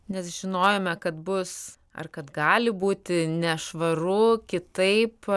nes žinojome kad bus ar kad gali būti nešvaru kitaip